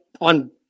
on